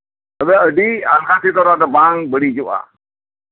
ᱟᱫᱚ ᱟᱹᱰᱤ ᱟᱭᱢᱟ ᱫᱤᱱ ᱨᱮᱫᱚ ᱱᱚᱣᱟ ᱫᱚ ᱵᱟᱝ ᱵᱟᱹᱲᱤᱡᱚᱜᱼᱟ